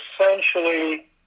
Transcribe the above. essentially